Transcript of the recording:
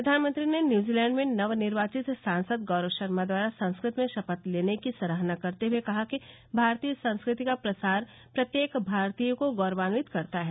प्रधानमंत्री ने न्यूजीलैंड में नवनिर्वाचित सांसद गौरव शर्मा द्वारा संस्कृत में शपथ लेने की सराहना करते हए कहा कि भारतीय संस्कृति का प्रसार प्रत्येक भारतीय को गौरवान्वित करता है